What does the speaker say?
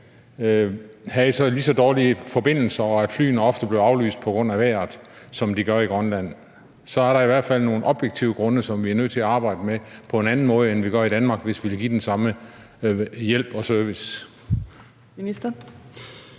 havde lige så dårlige forbindelser, og at flyene ofte blev aflyst på grund af vejret, som de gør i Grønland, så er der i hvert fald nogle objektive grunde, som vi er nødt til at arbejde med på en anden måde, end vi gør i Danmark, hvis vi vil give den samme hjælp og service.